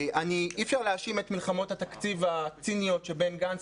אי אפשר להאשים את מלחמות התקציב הציניות שבין גנץ